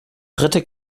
dritte